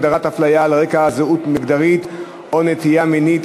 הגדרת הפליה על רקע זהות מגדרית או נטייה מינית),